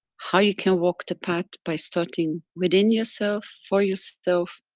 how you can walk the path by starting within yourself, for yourself,